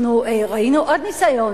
אנחנו ראינו עוד ניסיון,